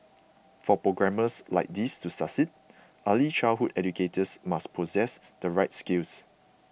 for programmes like these to succeed early childhood educators must possess the right skills